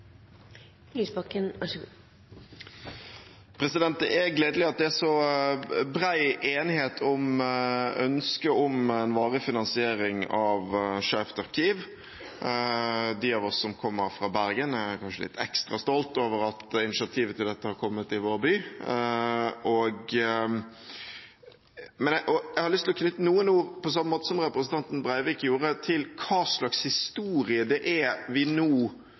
det er så bred enighet om ønsket om en varig finansiering av Skeivt arkiv. De av oss som kommer fra Bergen, er kanskje litt ekstra stolte over at initiativet til dette har kommet i vår by. Jeg har lyst til å knytte noen ord, på samme måte som representanten Breivik gjorde, til hva slags historie det er vi